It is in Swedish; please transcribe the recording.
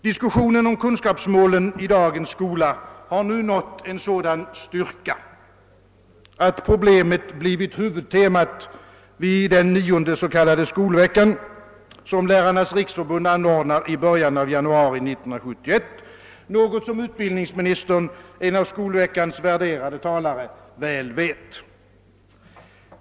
Diskussionen om kunskapsmålen i dagens skola har nu nått en sådan styrka att problemet blivit huvudtema vid den nionde s.k. Skolveckan som Lärarnas riksförbund anordnar i början av januari 1971, något som utbildningsministern — en av Skolveckans värderade talare — väl vet.